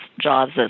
jobs